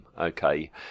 okay